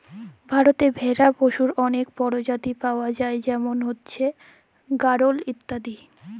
ভারতেল্লে ভেড়া পশুর অলেক পরজাতি পাউয়া যায় যেমল হছে গাঢ়ল ইত্যাদি